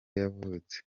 yavutse